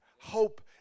Hope